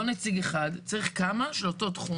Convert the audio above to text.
לא נציג אחד, צריך כמה של אותו תחום.